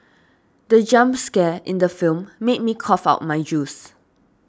the jump scare in the film made me cough out my juice